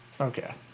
Okay